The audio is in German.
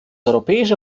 europäische